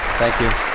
thank you.